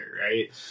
right